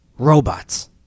robots